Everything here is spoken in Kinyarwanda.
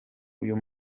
uyu